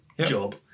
job